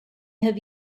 have